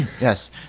Yes